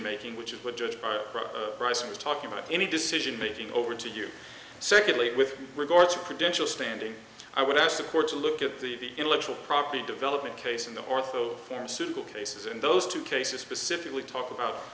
making which is what judge bryson was talking about any decision making over to you secondly with regard to credential standing i would ask the court to look at the intellectual property development case in the ortho pharmaceutical cases and those two cases specifically talk about